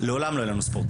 לעולם לא יהיו לנו ספורטאים.